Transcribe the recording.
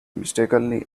mistakenly